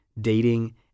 dating